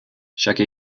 chaque